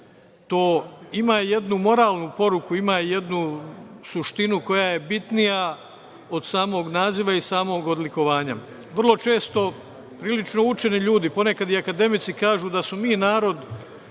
To ima jednu moralnu poruku, ima jednu suštinu koja je bitnija od samog naziva i samog odlikovanja. Vrlo često, prilično učeni ljudi, ponekad i akademici kažu da smo mi narod